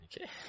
Okay